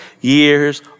years